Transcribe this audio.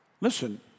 Listen